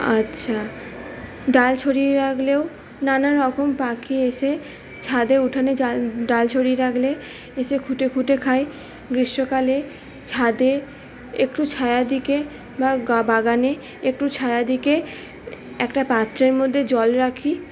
আচ্ছা ডাল ছড়িয়ে রাখলেও নানারকম পাখি এসে ছাদে উঠানে ডাল ছড়িয়ে রাখলে এসে খুঁটে খুঁটে খায় গ্রীষ্মকালে ছাদে একটু ছায়া দেখে বা বাগানে একটু ছায়া দেখে একটা পাত্রের মধ্যে জল রাখি